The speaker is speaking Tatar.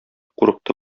курыкты